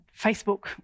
Facebook